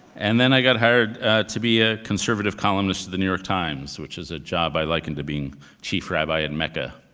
and then i got hired to be a conservative columnist at the new york times, which is a job i liken to being chief rabbi at mecca,